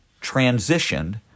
transitioned